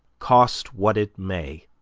cost what it may.